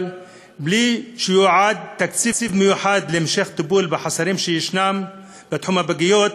אבל בלי שייועד תקציב מיוחד להמשך טיפול בחוסרים שיש בתחום הפגיות,